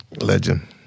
Legend